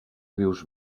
rius